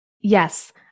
Yes